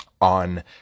on